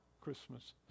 Christmas